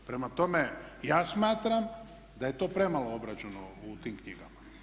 Prema tome, ja smatram da je to premalo obrađeno u tim knjigama.